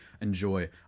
enjoy